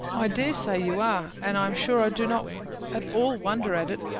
i dare say you are, and i am sure i do not at all wonder at it.